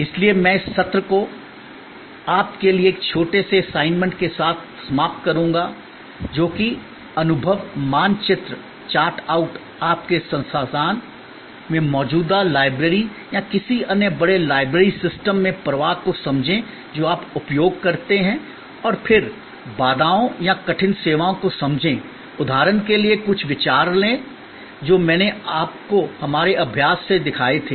इसलिए मैं इस सत्र को आपके लिए एक छोटे से असाइनमेंट के साथ समाप्त करूंगा जो कि अनुभव मानचित्र चार्ट आउट आपके संस्थान में मौजूदा लाइब्रेरी या किसी अन्य बड़े लाइब्रेरी सिस्टम में प्रवाह को समझें जो आप उपयोग करते हैं और फिर बाधाओं या कठिन सेवाओं को समझें उदाहरण के लिए कुछ विचार ले जो मैंने आपको हमारे अभ्यास से दिखाए थे